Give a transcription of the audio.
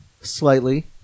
slightly